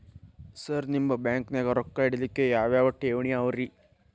Sir ನಿಮ್ಮ ಬ್ಯಾಂಕನಾಗ ರೊಕ್ಕ ಇಡಲಿಕ್ಕೆ ಯಾವ್ ಯಾವ್ ಠೇವಣಿ ಅವ ರಿ?